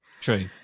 True